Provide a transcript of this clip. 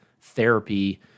therapy